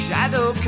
Shadow